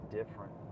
different